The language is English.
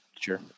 Sure